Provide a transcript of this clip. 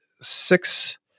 six